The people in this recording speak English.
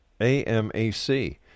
AMAC